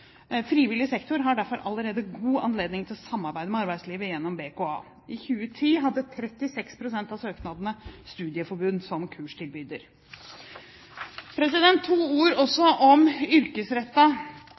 frivillig sektor har derfor allerede god anledning til å samarbeide med arbeidslivet gjennom BKA. I 2010 hadde 36 pst. av søknadene studieforbund som kurstilbyder. To ord også